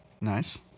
Nice